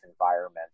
environment